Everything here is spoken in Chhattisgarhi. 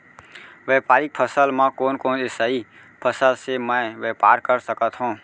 व्यापारिक फसल म कोन कोन एसई फसल से मैं व्यापार कर सकत हो?